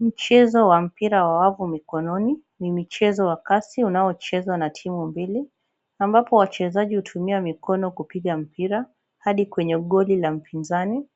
Mchezo wa mpira wa wavu mikononi. Ni michezo wa kasi unaochezwa na timu mbili ambapo wachezaji hutumia mikono kupiga mpira hadi kwenye goli la mpinzani.